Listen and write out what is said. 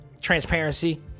transparency